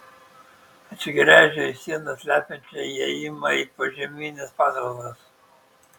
atsigręžė į sieną slepiančią įėjimą į požemines patalpas